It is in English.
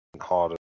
harder